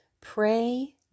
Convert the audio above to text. pray